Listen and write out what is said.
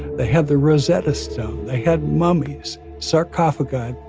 they had the rosetta stone they had mummies sarcophagus.